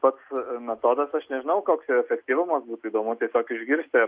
pats metodas aš nežinau koks jo efektyvumas būtų įdomu tiesiog išgirsti ar